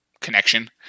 connection